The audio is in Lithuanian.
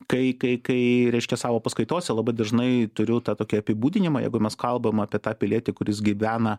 kai kai kai reiškia savo paskaitose labai dažnai turiu tą tokį apibūdinimą jeigu mes kalbam apie tą pilietį kuris gyvena